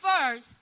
first